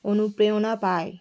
অনুপ্রেরণা পায়